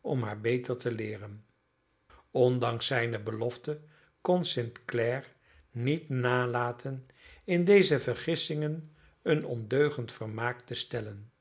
om haar beter te leeren ondanks zijne belofte kon st clare niet nalaten in deze vergissingen een ondeugend vermaak te stellen